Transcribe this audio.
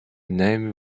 name